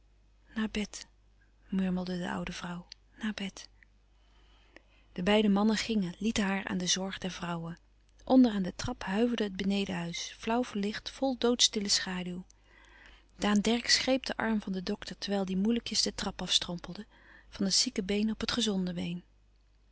naar bed murmelde de oude vrouw naar bed de beide mannen gingen lieten haar aan den zorg der vrouwen onder aan de trap huiverde het benedenhuis flauw verlicht vol doodstille schaduw daan dercksz greep den arm van den dokter terwijl die moeilijkjes de trap afstrompelde van het zieke been op het gezonde been